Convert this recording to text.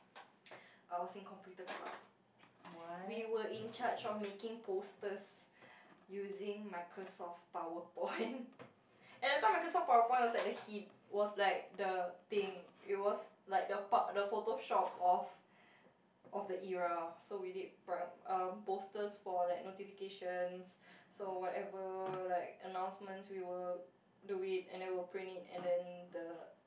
I was in computer club we were in charge of making posters using microsoft powepoint and that time microsoft powerpoint was like the hip was like the thing it was like the p~ the photoshop of of the era so we did quite um posters for like notifications for whatever like announcements we will do it and then we will print it and then the